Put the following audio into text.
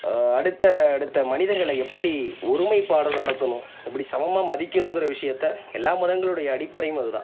அடுத்த அடுத்த மனிதர்களை எப்படி ஒருமைப்பாடாக நடத்தணும் எப்படி சமமாக மதிக்கணுங்கற விஷயத்தை எல்லா மதங்களுடைய அடிப்படையும் அதுதான்